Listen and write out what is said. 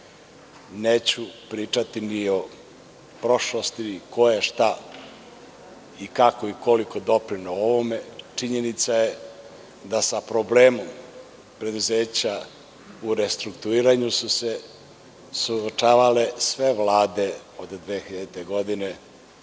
Neću pričati ni o prošlosti ko je šta i kako i kolik doprineo ovome. Činjenica je da su sa problemom preduzeća u restrukturiranju se suočavala sve vlade od 2000. godine